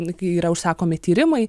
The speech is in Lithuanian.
kai yra užsakomi tyrimai